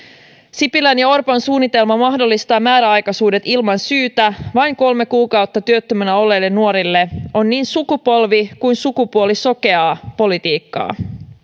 sipilän ja orpon suunnitelma mahdollistaa määräaikaisuus ilman syytä vain kolme kuukautta työttömänä olleille nuorille on niin sukupolvi kuin sukupuolisokeaa politiikkaa